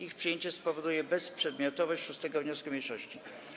Ich przyjęcie spowoduje bezprzedmiotowość 6. wniosku mniejszości.